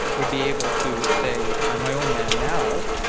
will be able to say, i'm my own man now,